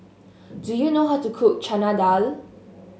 do you know how to cook Chana Dal